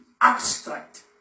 abstract